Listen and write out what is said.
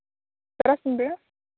ᱛᱟᱨᱟᱥᱤᱧ ᱵᱮᱲᱟ